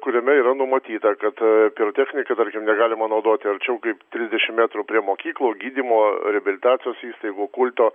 kuriame yra numatyta kad pirotechnika tarkim negalima naudoti arčiau kaip trisdešimt metrų prie mokyklų gydymo reabilitacijos įstaigų kulto